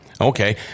Okay